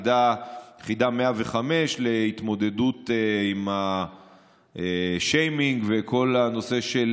יחידה 105 להתמודדות עם השיימינג וכל הנושא של